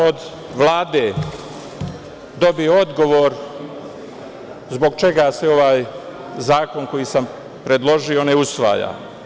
Od Vlade sam dobio odgovor zbog čega se ovaj zakon koji sam predložio ne usvaja.